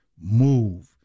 move